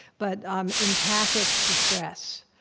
but um empathic distress,